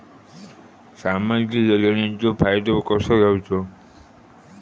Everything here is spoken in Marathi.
सामाजिक योजनांचो फायदो कसो घेवचो?